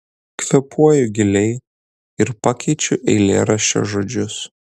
kvėpuoju giliai ir pakeičiu eilėraščio žodžius